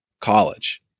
college